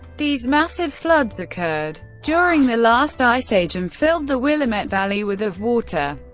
these massive floods occurred during the last ice age and filled the willamette valley with of water.